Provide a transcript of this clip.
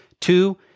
Two